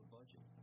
budget